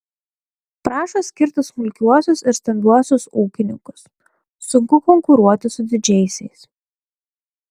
prašo skirti smulkiuosius ir stambiuosius ūkininkus sunku konkuruoti su didžiaisiais